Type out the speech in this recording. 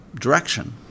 direction